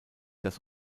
das